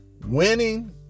Winning